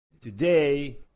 Today